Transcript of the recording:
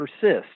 persist